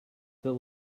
the